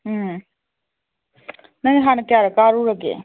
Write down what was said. ꯎꯝ ꯅꯪꯅ ꯍꯥꯟꯅ ꯀꯌꯥꯔꯛ ꯀꯥꯔꯨꯔꯒꯦ